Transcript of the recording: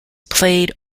played